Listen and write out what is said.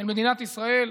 של מדינת ישראל,